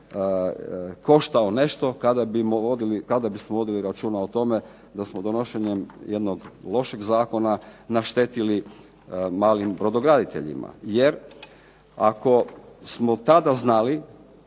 koštao nešto kada bismo vodili računa o tome da smo donošenjem jednog lošeg zakona naštetili malim brodograditeljima jer ako smo tada znali